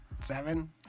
Seven